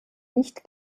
nicht